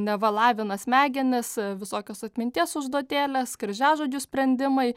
neva lavina smegenis visokios atminties užduotėlės kryžiažodžių sprendimai